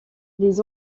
les